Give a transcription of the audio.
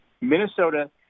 Minnesota